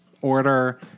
order